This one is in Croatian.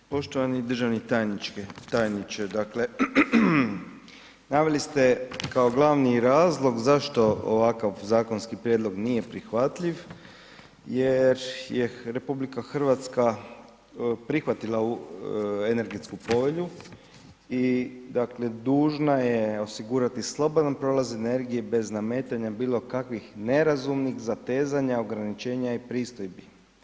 Poštovani državni tajniče, dakle, naveli ste kao glavni razlog zašto ovaj zakonski prijedlog nije prihvatljiv jer je RH prihvatila ovu energetsku povelju i, dakle, dužna je osigurati slobodan prolaz energije bez nametanja bilo kakvih nerazumnih zatezanja, ograničenja i pristojbi.